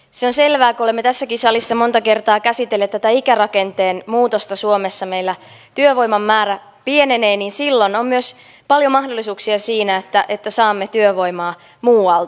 se on selvää että kun olemme tässäkin salissa monta kertaa käsitelleet tätä ikärakenteen muutosta suomessa meillä työvoiman määrä pienenee niin silloin on myös paljon mahdollisuuksia siinä että saamme työvoimaa muualta